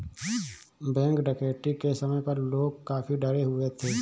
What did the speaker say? bank डकैती के समय पर लोग काफी डरे हुए थे